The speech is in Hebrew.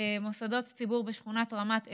ציבור בשכונת רמת אשכול.